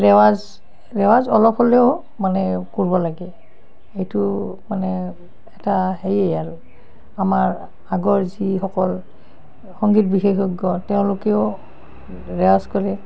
ৰেৱাজ ৰেৱাজ অলপ হ'লেও মানে কৰিব লাগে এইটো মানে এটা সেয়ে আৰু আমাৰ আগৰ যিসকল সংগীত বিশেষজ্ঞ তেওঁলোকেও ৰেৱাজ কৰে